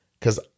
cause